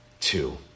two